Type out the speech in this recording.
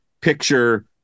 picture